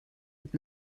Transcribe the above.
mit